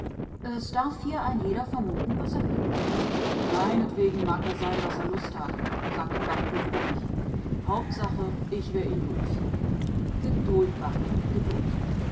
es darf hier ein jeder vermuten was er will meinetwegen mag er sein was er lust hat sagte barthel brummig hauptsache ich wär ihn los geduld barthel geduld